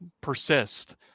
persist